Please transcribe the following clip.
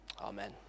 Amen